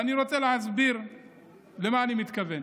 אני רוצה להסביר למה אני מתכוון.